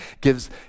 gives